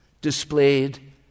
displayed